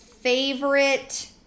Favorite